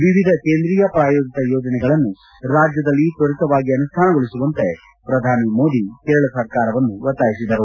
ವಿವಿಧ ಕೇಂದ್ರೀಯ ಪ್ರಾಯೋಜಿತ ಯೋಜನೆಗಳನ್ನು ರಾಜ್ಯದಲ್ಲಿ ತ್ವರಿತವಾಗಿ ಅನುಷ್ಠಾನಗೊಳಿಸುವಂತೆ ಪ್ರಧಾನಿ ಮೋದಿ ಕೇರಳ ಸರ್ಕಾರವನ್ನು ಒತ್ತಾಯಿಸಿದರು